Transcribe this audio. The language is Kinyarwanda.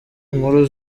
inkuru